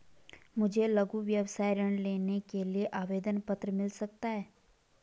मुझे लघु व्यवसाय ऋण लेने के लिए आवेदन पत्र मिल सकता है?